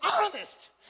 honest